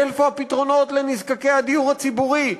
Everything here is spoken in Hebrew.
איפה הפתרונות לנזקקי הדיור הציבורי,